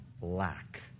lack